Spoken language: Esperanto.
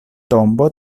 tombo